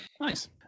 Nice